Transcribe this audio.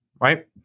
right